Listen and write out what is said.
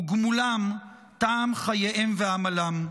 וגמולם, טעם חייהם ועמלם.